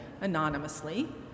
anonymously